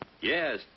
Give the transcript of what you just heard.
Yes